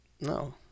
No